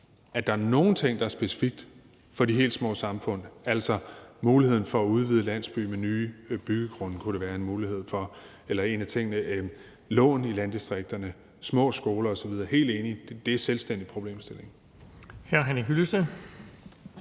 at der ikke er nogle ting, der er specifikke for de helt små samfund, altså muligheden for at udvide landsbyen med nye byggegrunde som en af tingene eller lån i landdistrikterne, små skoler osv. Det er jeg helt enig i er selvstændige problemstillinger.